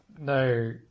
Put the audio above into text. no